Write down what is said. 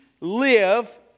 live